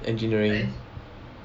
engineering